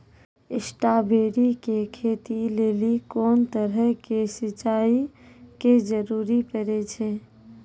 Strawberry के खेती लेली कोंन तरह के सिंचाई के जरूरी पड़े छै?